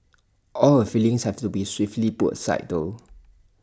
all her feelings have to be swiftly put aside though